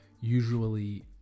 usually